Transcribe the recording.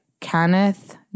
Kenneth